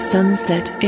Sunset